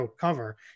cover